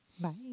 Bye